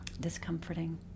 discomforting